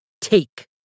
take